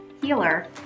healer